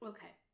Okay